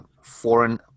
foreign –